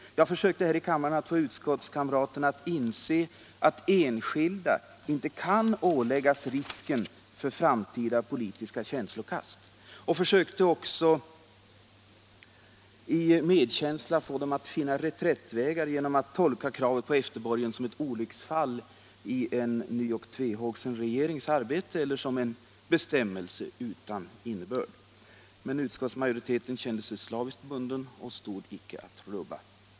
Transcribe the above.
Jag försökte här i kammaren att få utskottskamraterna att inse att enskilda inte kan åläggas risken för framtida politiska känslokast och försökte också i medkänsla få dem att finna reträttvägar genom att tolka kravet på efterborgen som ett olycksfall i en ny och tvehågsen regerings arbete eller som en bestämmelse utan innebörd. Men utskottsmajoriteten kände sig slaviskt bunden och stod icke att rubba.